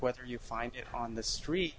whether you find it on the street